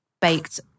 baked